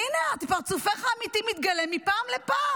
הינה את, פרצופך האמיתי מתגלה מפעם לפעם.